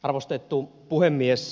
arvostettu puhemies